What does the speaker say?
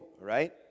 right